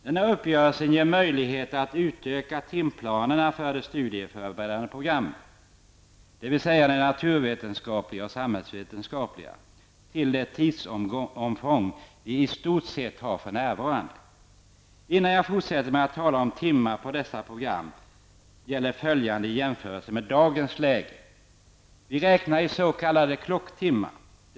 Denna uppgörelse ger möjlighet att utöka timplanerna för de studieförberedande programmen, dvs. för de naturvetenskapliga och samhällsvetenskapliga programmen, till det tidsomfång som dessa utbildningar i stort sett har för närvarande. Innan jag fortsätter med att tala om timmar inom dessa program, vill jag göra följande jämförelse med hur läget är i dag.